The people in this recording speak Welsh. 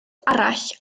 arall